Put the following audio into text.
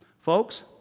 Folks